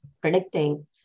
predicting